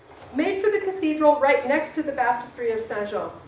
made for the cathedral right next to the baptistry of saint-jean.